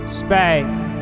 space